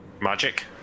Magic